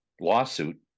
lawsuit